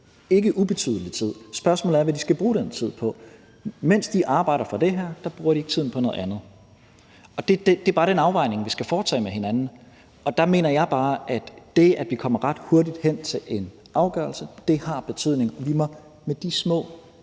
ikke ubetydelig tid. Spørgsmålet er, hvad de skal bruge den tid på. Mens de arbejder for det her, bruger de ikke tiden på noget andet. Og det er den afvejning, vi skal foretage med hinanden. Og der mener jeg bare, at det, at vi kommer ret hurtigt hen til en afgørelse, har betydning. Vi må med de små